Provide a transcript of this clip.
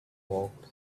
walked